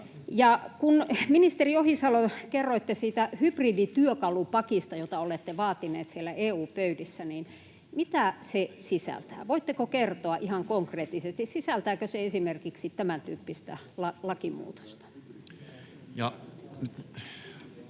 kun, ministeri Ohisalo, kerroitte siitä hybridityökalupakista, jota olette vaatinut siellä EU-pöydissä, niin mitä se sisältää? [Välihuuto perussuomalaisten ryhmästä] Voitteko kertoa ihan konkreettisesti, sisältääkö se esimerkiksi tämäntyyppistä lakimuutosta?